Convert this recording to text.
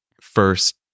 first